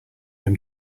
him